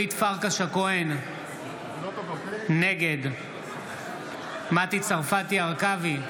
אורית פרקש הכהן, נגד מטי צרפתי הרכבי,